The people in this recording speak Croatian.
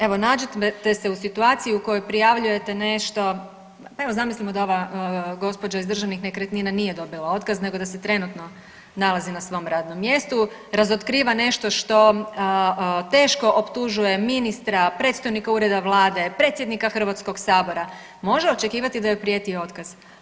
Evo nađite se u situaciji u kojoj prijavljujete nešto, evo zamislimo da ova gospođa iz Državnih nekretnina nije dobila otkaz nego da se trenutno nalazi na svom radnom mjestu, razotkriva nešto što teško optužuje ministra, predstojnika Ureda Vlade, predsjednika HS-a može očekivati da joj prijeti otkaz.